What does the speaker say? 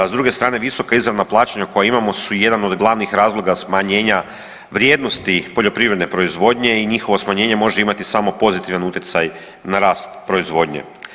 S druge strane visoka izravna plaćanja koja imamo su jedan od glavnih razloga smanjenja vrijednosti poljoprivredne proizvodnje i njihovo smanjenje može imati samo pozitivan utjecaj na rast proizvodnje.